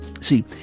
See